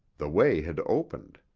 the way had opened.